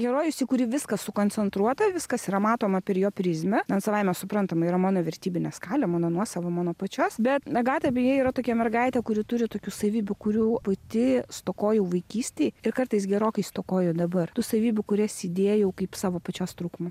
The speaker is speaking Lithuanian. herojus į kurį viskas sukoncentruota viskas yra matoma per jo prizmę na savaime suprantama yra mano vertybinė skalė mano nuosava mano pačios bet agata beje yra tokia mergaitė kuri turi tokių savybių kurių pati stokojau vaikystėj ir kartais gerokai stokoju dabar tų savybių kurias idėjau kaip savo pačios trūkumą